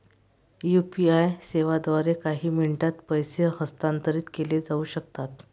UPI सेवांद्वारे काही मिनिटांत पैसे हस्तांतरित केले जाऊ शकतात